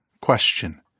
Question